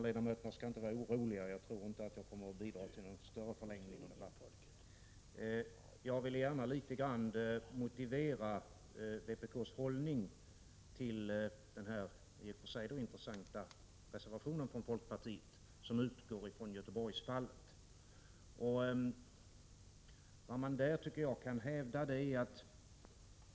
Herr talman! Jag vill gärna motivera vpk:s hållning till den i och för sig intressanta folkpartireservationen som utgår från Göteborgsfallet.